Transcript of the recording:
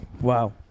Wow